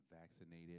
vaccinated